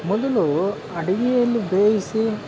ಮೊದಲು ಅಡಿಗೆಯಲ್ಲಿ ಬೇಯಿಸಿ